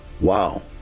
wow